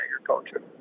agriculture